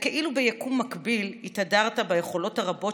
וכאילו ביקום מקביל התהדרת ביכולות הרבות